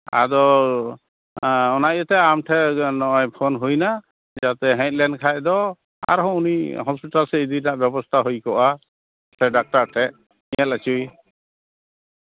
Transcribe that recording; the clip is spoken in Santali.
ᱟᱫᱚ ᱚᱱᱟ ᱤᱭᱟᱹᱛᱮ ᱟᱢ ᱴᱷᱮᱱ ᱱᱚᱜᱼᱚᱭ ᱯᱷᱳᱱ ᱦᱩᱭ ᱮᱱᱟ ᱡᱟᱛᱮ ᱦᱮᱡ ᱞᱮᱱᱠᱷᱟᱱ ᱫᱚ ᱟᱨᱦᱚᱸ ᱩᱱᱤ ᱦᱚᱥᱯᱤᱴᱟᱞ ᱥᱮᱫ ᱤᱫᱤ ᱨᱮᱱᱟᱜ ᱵᱮᱵᱚᱥᱛᱷᱟ ᱦᱩᱭ ᱠᱚᱜᱼᱟ ᱥᱮ ᱰᱟᱠᱛᱟᱨ ᱴᱷᱮᱱ ᱧᱮᱞ ᱦᱚᱪᱚᱭᱮ